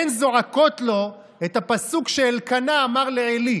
הן זועקות לו את הפסוק שאלקנה אמר לעלי.